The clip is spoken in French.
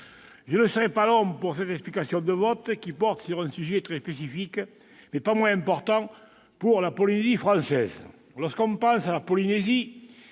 je ne serai pas long pour cette explication de vote, qui porte sur un sujet très spécifique, mais non moins important pour la Polynésie française. Lorsque l'on pense à la Polynésie,